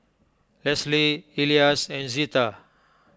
Lesly Elias and Zeta